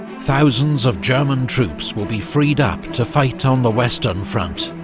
thousands of german troops will be freed up to fight on the western front,